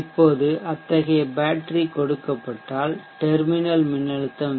இப்போது அத்தகைய பேட்டரி கொடுக்கப்பட்டால் டெர்மினல் மின்னழுத்தம் வி